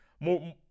more